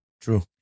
True